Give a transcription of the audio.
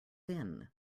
thin